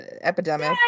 epidemic